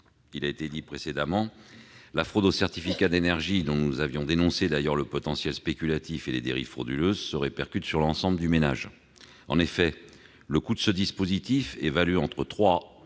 il a été dit précédemment, la fraude aux certificats d'énergie, dont nous avions d'ailleurs dénoncé le potentiel spéculatif et les dérives frauduleuses, se répercute sur l'ensemble des ménages. En effet, le coût de ce dispositif, évalué entre 3